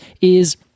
is-